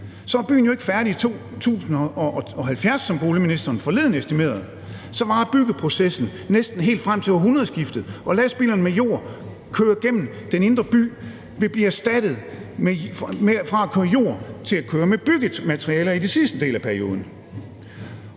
så er byen jo ikke færdig i 2070, som boligministeren forleden estimerede. Så varer byggeprocessen næsten helt frem til århundredskiftet, og lastbilerne med jord, der kører igennem den indre by, vil blive erstattet, altså fra at køre med jord til at køre med byggematerialer i den sidste del af perioden.